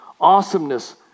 awesomeness